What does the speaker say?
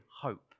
hope